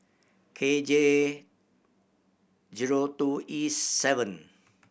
K J zero two E seven